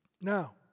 Now